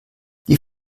die